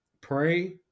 pray